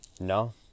No